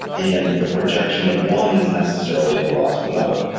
and the projection of one is necessarily the loss of another.